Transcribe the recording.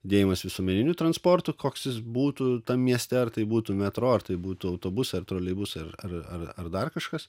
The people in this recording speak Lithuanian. judėjimas visuomeniniu transportu koks jis būtų mieste ar tai būtų metro ar tai būtų autobusai ar troleibusai ir ar ar ar dar kažkas